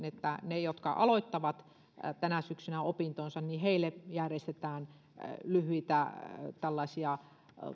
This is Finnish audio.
että niille jotka aloittavat tänä syksynä opintonsa järjestetään lyhyitä tällaisia